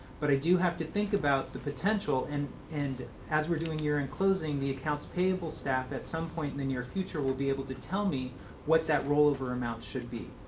but i do have to think about the potential and and as we're doing year-end closing, the accounts payable staff at some point in the near future will be able to tell me what the rollover amount should be.